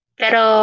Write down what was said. pero